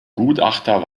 gutachter